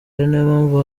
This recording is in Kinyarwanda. mpamvu